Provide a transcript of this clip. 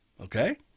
okay